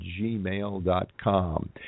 gmail.com